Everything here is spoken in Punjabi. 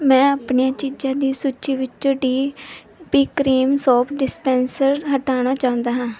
ਮੈਂ ਆਪਣੀਆਂ ਚੀਜ਼ਾਂ ਦੀ ਸੂਚੀ ਵਿੱਚ D P cream soap dispenser ਹਟਾਉਣਾ ਚਾਹੁੰਦਾ ਹਾਂ